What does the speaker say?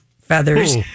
feathers